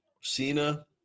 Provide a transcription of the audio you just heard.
Cena